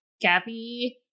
Gabby